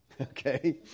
okay